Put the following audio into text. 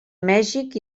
mèxic